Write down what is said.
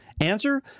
Answer